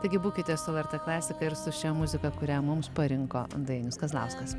taigi būkite su lrt klasika ir su šia muzika kurią mums parinko dainius kazlauskas